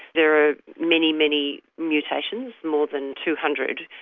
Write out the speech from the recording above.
there are many, many mutations, more than two hundred,